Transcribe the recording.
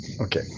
okay